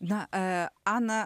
na ana